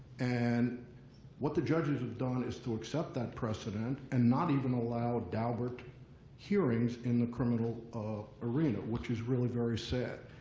and what the judges have done is to accept that precedent and not even allow daubert hearings in the criminal arena, which is really very sad.